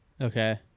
Okay